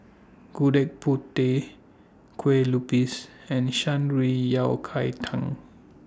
Gudeg Putih Kueh Lupis and Shan Rui Yao Cai Tang